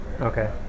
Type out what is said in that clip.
Okay